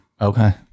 Okay